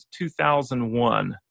2001